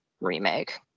remake